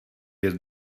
jest